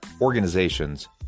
organizations